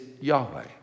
Yahweh